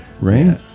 right